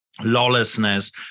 Lawlessness